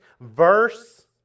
verse